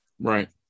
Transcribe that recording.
Right